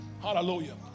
Hallelujah